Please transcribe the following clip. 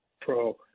pro